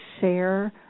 share